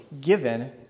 given